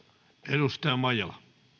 arvoisa puhemies